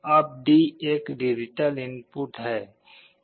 अब D एक digital input है